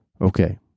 Okay